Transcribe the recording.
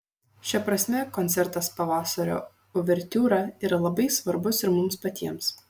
šia prasme koncertas pavasario uvertiūra yra labai svarbus ir mums patiems